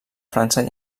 frança